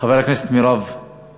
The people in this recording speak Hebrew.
חברת הכנסת מרב מיכאלי,